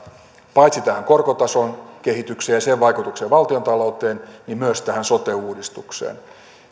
paitsi tähän korkotason kehitykseen ja sen vaikutukseen valtiontalouteen niin myös tähän sote uudistukseen